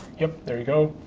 yep, there you go.